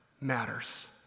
matters